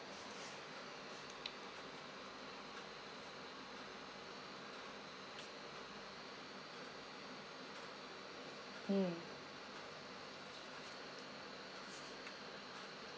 mm